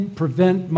prevent